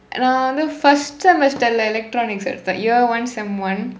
நான் வந்து:naan vandthu first semester இல்ல:illa electronics எடுத்தேன்:eduththeen year one sem one